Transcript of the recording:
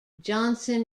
johnson